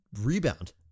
rebound